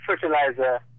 fertilizer